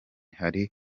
hari